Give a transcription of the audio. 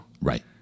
Right